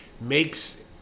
Makes